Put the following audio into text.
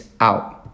out